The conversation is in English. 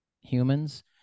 humans